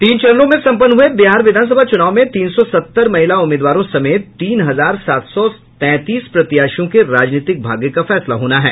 तीन चरणों में सम्पन्न हये बिहार विधानसभा चूनाव में तीन सौ सत्तर महिला उम्मीदवारों समेत तीन हजार सात सौ तैंतीस प्रत्याशियों के राजनीतिक भाग्य का फैसला होना है